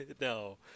No